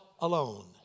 alone